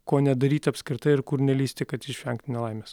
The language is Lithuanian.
ko nedaryt apskritai ir kur nelįsti kad išvengti nelaimės